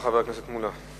הצעה של חבר הכנסת שלמה מולה.